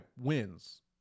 wins